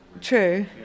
true